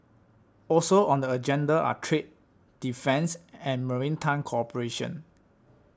also on the agenda are trade defence and maritime cooperation